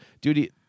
Dude